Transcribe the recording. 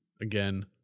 again